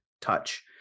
touch